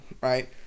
right